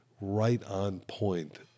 right-on-point